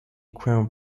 crown